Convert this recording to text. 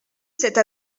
cette